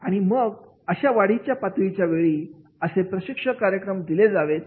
आणि मग अशा वाढीच्या पातळीच्या वेळी असे प्रशिक्षण कार्यक्रम दिले जावेत